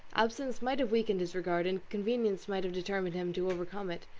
absence might have weakened his regard, and convenience might have determined him to overcome it,